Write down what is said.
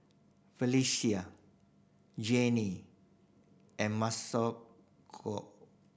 Felisha Jeanie and Masako